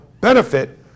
benefit